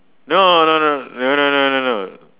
no no no no no no no no